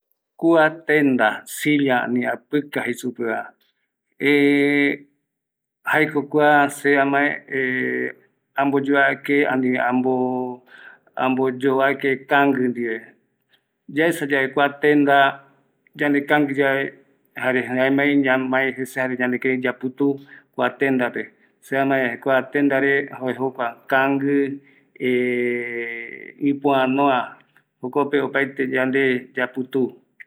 Ñanoiyae yayemongueta ñai guapɨka rendare yae yaemmmm ayemongueta ai yae semaendua ai ayemo maendua ai mopetiara kotɨ kotɨ yaeka yande rendara paraete yae, ouma arete yande rupitɨ yae kotɨ kotɨ yaeka yareko